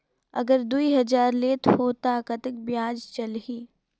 अगर दुई हजार लेत हो ता कतेक ब्याज चलही?